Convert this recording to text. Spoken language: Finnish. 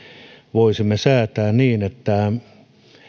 voisimme säätää siitä että